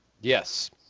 Yes